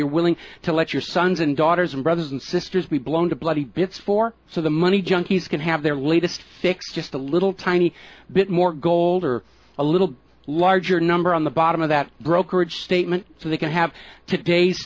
you're willing to let your sons and daughters and brothers and sisters be blown to bloody bits for so the money junkies can have their latest fix just a little tiny bit more gold or a little larger number on the bottom of that brokerage statement so they can have today's